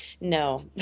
no